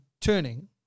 turning